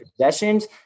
possessions